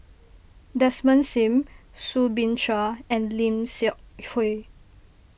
Desmond Sim Soo Bin Chua and Lim Seok Hui